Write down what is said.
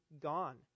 gone